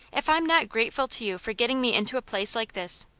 if i'm not grateful to you for getting me into a place like this.